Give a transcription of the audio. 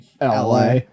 la